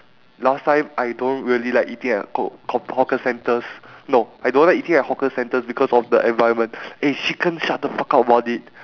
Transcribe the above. last time I don't really like eating at hawker centres no I don't like eating at hawker centres because of the environment eh chicken shut the fuck up about it